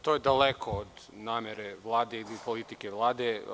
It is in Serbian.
To je daleko od namere Vlade ili politike Vlade.